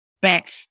back